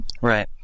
right